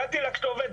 הגעתי לכתובת,